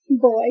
boy